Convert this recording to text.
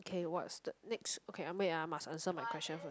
okay what's the next okay ah wait ah must answer my question first